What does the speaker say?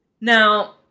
now